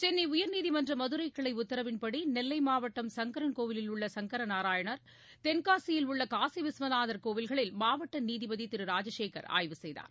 சென்னை உயர்நீதிமன்ற மதுரை கிளை உத்தரவின்படி நெல்லை மாவட்டம் சங்கரன் கோயிலில் உள்ள சங்கரநாராயணர் தென்காசியில் உள்ள காசி விஸ்வநாதர் கோயில்களில் மாவட்ட நீதிபதி திரு ராஜசேகர் ஆய்வு செய்தார்